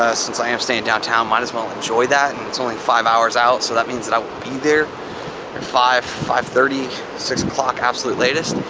ah since i am staying downtown, might as well enjoy that and it's only five hours out. so that means that i will be there at five, five thirty, six o'clock, absolute latest.